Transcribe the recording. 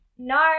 No